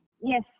Yes